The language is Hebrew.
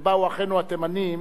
כשבאו אחינו התימנים,